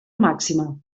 màxima